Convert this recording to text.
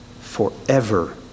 forever